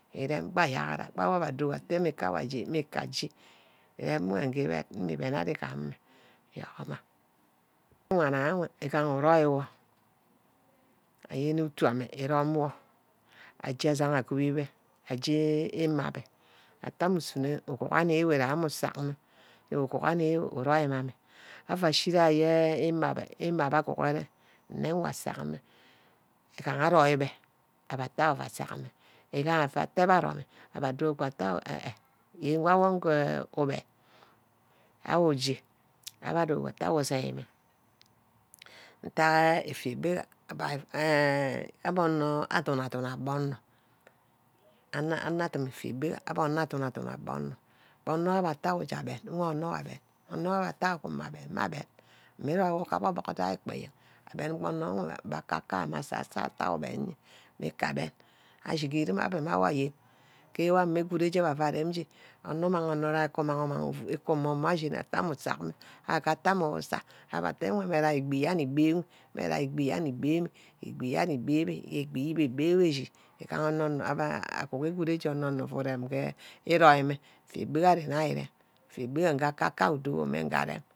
Ítte nna aremi mma aor înei, mmusi egagene egbi wor nga akaka your mme asasor your adouro atte îmeren wur îrom bah abe auor je, an je, átaí înepí abbe ate ausor mma aj́e ago mme beh aj́e, mmi rome wor gub adack gai ekler eyen Kube akela mme asasor your noo ja ase make kibba aj́e mme ngire, awan utu onerum ewe. íshi onurum imme kakai îmeren. uvu ке каке ímerene umeh dube nne nguang wuna aje j́e usunor anor îdanghí, asack udume'aje, nsah mme awor atte komor ugahe atte ama j́e gbah ouen ívuchi îgeroor îkpagha ani nní́re, udwuma atte wan nnawor aj́e, utte ame uje uje uguha urîom mme amme aduboh, uguha urîom mme amme adubor, nii ni jeme nsia. nni nni urme ame aduboh, atte ame uj́e-uj́e. anim oven uvu rome ke ame, Nshighama Nsortha ntack ndowuma atte wunˈaje, utte ame uj́u-je, Ndo wor atte je. doh akadumeje on enh amedume agori ugo egbí ej́e aba atte wuna arem abba come egbi goh asaro mme nwayo Ncome, ureme dah ere adorn ame. wor nge erí, egbí beh oven Obox ago arem, akaka mme asasa, nge abe dogho mme nga arem adot beh ízome, wîrer yang yang yang abbe mme arem